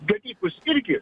dalykus irgi